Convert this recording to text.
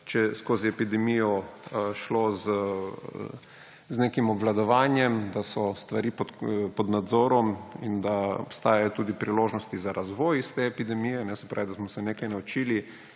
je skozi epidemijo šlo z nekim obvladovanjem, da so stvari pod nadzorom in da obstajajo tudi priložnosti za razvoj, se pravi, da smo se iz